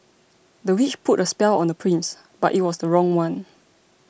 the witch put a spell on the prince but it was the wrong one